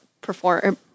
perform